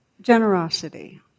generosity